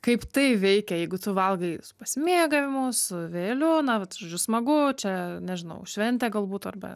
kaip tai veikia jeigu tu valgai su pasimėgavimu su vėjeliu na vat žodžiu smagu čia nežinau šventė galbūt arba